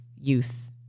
youth